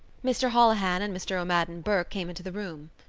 mr. holohan and mr. o'madden burke came into the room.